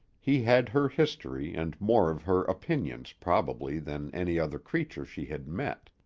he had her history and more of her opinions, probably, than any other creature she had met.